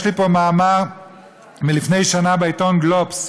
יש לי פה מאמר מלפני שנה בעיתון "גלובס"